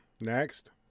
next